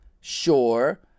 Sure